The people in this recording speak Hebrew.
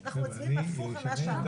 היא כבר לא עניינית.